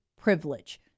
privilege